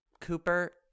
cooper